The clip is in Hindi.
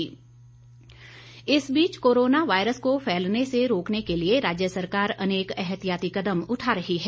कोरोना इस बीच कोरोना वायरस को फैलने से रोकने के लिए राज्य सरकार अनेक एहतियाती कदम उठा रही है